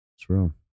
True